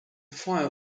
fire